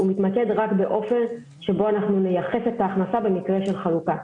הוא מתמקד רק באופן שבו אנחנו נייחס את ההכנסה במקרה של חלוקה,